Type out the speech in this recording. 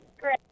Great